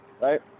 right